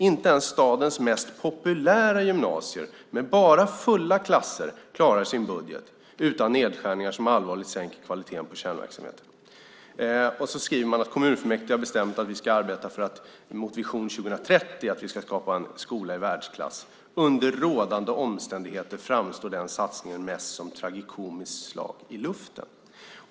Inte ens stadens mest populära gymnasier med bara fulla klasser klarar sin budget utan nedskärningar som allvarligt sänker kvaliteten på kärnverksamheten. Vidare skriver man: Kommunfullmäktige har bestämt att vi ska arbeta mot vision 2030, att vi ska skapa en skola i världsklass. Under rådande omständigheter framstår den satsningen mest som ett tragikomiskt slag i luften.